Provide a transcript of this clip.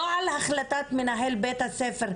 לא על החלטת מנהל בית הספר,